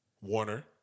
Warner